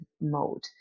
mode